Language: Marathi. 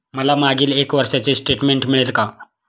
मला मागील एक वर्षाचे स्टेटमेंट मिळेल का?